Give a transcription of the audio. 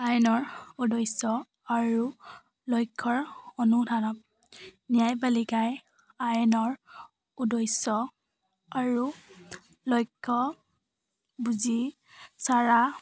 আইনৰ উদ্দেশ্য় আৰু লক্ষ্যৰ ন্যায় পালিকাই আইনৰ উদ্দেশ্য় আৰু লক্ষ্য বুজি চাৰা